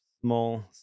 small